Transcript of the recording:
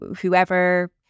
whoever